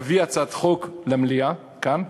הוא להביא הצעת חוק למליאה כאן,